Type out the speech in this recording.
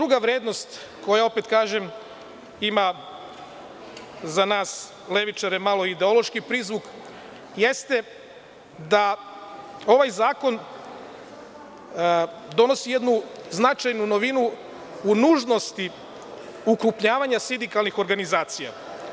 Druga vrednost, koja, opet kažem, ima za nas levičare malo ideološki prizvuk, jeste da ovaj zakon donosi jednu značajnu novinu u nužnosti ukrupnjavanja sindikalnih organizacija.